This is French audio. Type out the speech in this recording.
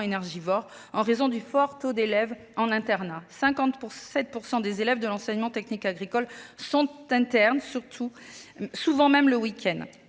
énergivores, en raison du fort taux d'élèves en internat : 57 % des élèves de l'enseignement technique agricole sont internes, souvent même le week-end.